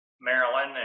Maryland